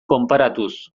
konparatuz